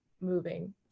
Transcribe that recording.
moving